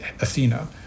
athena